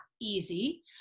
easy